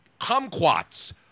kumquats